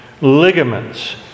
ligaments